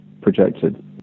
projected